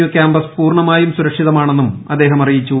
U campus പൂർണമായും സുരക്ഷിതമാണെന്നും അദ്ദേഹം അറിയിച്ചു